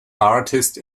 artist